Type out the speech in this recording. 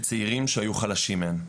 בצעירים שהיו חלשים מהם.